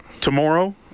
tomorrow